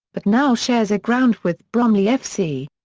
but now shares a ground with bromley f c.